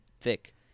thick